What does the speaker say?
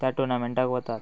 त्या टॉर्नामेंटाक वतात